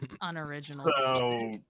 unoriginal